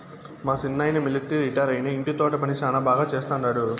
మా సిన్నాయన మిలట్రీ రిటైరైనా ఇంటి తోట పని శానా బాగా చేస్తండాడు